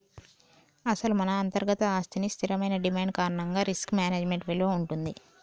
అసలు మన అంతర్గత ఆస్తికి స్థిరమైన డిమాండ్ కారణంగా రిస్క్ మేనేజ్మెంట్ విలువ ఉంటుంది